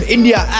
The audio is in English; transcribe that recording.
India